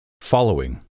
following